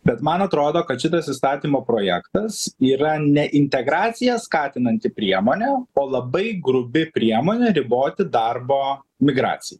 bet man atrodo kad šitas įstatymo projektas yra ne integracija skatinanti priemonė o labai grubi priemonė riboti darbo migraciją